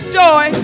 joy